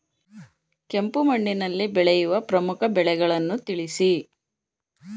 ಕೆಂಪು ಮಣ್ಣಿನಲ್ಲಿ ಬೆಳೆಯುವ ಪ್ರಮುಖ ಬೆಳೆಗಳನ್ನು ತಿಳಿಸಿ?